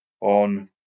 on